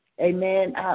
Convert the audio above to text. Amen